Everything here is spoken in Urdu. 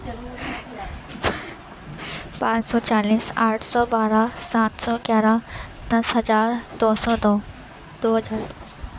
پانچ سو چالیس آٹھ سو بارہ سات سو گیارہ دس ہزار دو سو دو دو ہزار دو سو